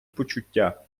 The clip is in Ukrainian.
почуття